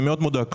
אני מאוד מודאג.